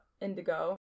Indigo